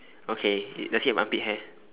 okay does he have armpit hair